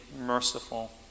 merciful